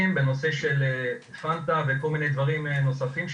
בנושא של פנטה וכל מיני דברים נוספים שקיימים,